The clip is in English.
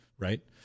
Right